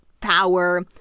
power